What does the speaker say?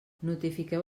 notifiqueu